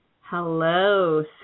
Hello